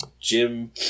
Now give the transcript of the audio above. Jim